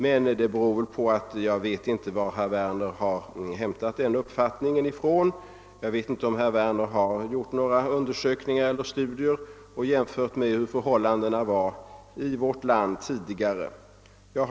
Men det beror i så fall på att jag inte vet varpå herr Werner grundar sin uppfattning — jag vet inte om herr Werner har gjort några undersökningar och studier och jämfört dagens förhållanden i vårt land med de tidigare förhållandena.